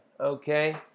okay